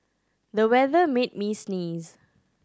the weather made me sneeze